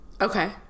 Okay